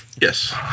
Yes